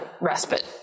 respite